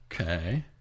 Okay